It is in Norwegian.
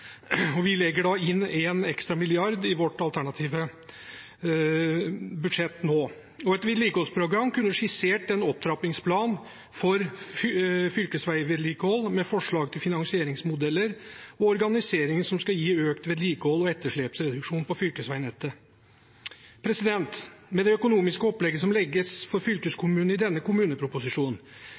og vi legger da inn en ekstra milliard i vårt alternative budsjett nå. Et vedlikeholdsprogram kunne skissert den opptrappingsplanen for fylkesveivedlikehold med forslag til finansieringsmodeller og organisering som skal gi økt vedlikehold og etterslepsreduksjon på fylkesveinettet. Med det økonomiske opplegget som legges for fylkeskommunene i denne kommuneproposisjonen,